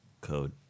code